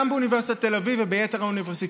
גם באוניברסיטת תל אביב וגם ביתר האוניברסיטאות.